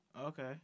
Okay